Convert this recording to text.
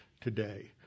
today